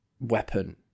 Weapon